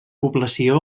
població